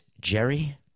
Jerry